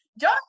John